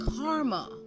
karma